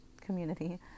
community